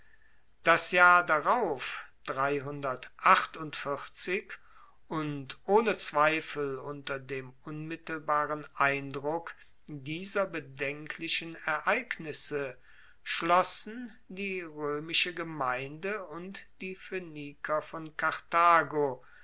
das jahr darauf und ohne zweifel unter dem unmittelbaren eindruck dieser bedenklichen ereignisse schlossen die roemische gemeinde und die phoeniker von karthago